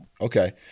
okay